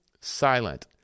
silent